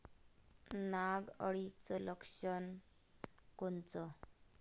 नाग अळीचं लक्षण कोनचं?